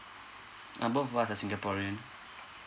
uh both of us are singaporean